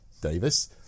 Davis